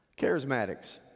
Charismatics